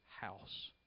house